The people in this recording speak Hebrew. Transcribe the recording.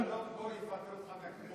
אבשלום קור יפטר אותך מהכנסת.